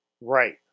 right